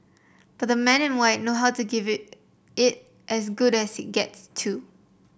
but the man in white know how to give it as good as it gets too